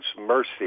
mercy